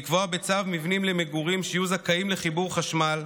לקבוע בצו מבנים למגורים שיהיו זכאים לחיבור חשמל,